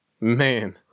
Man